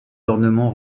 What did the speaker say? ornements